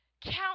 count